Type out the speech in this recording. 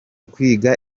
kwiga